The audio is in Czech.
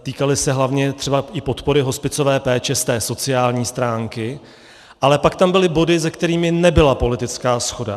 Týkaly se hlavně třeba i podpory hospicové péče ze sociální stránky, ale pak tam byly body, se kterými nebyla politická shoda.